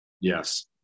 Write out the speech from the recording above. yes